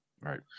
Right